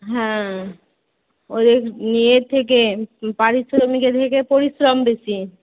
হ্যাঁ ওই ওই ইয়ের থেকে পারিশ্রমিকের থেকে পরিশ্রম বেশি